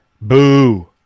Boo